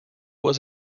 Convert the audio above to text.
was